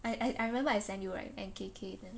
I I I remember I send you will right and K_K and